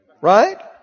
Right